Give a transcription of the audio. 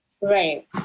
Right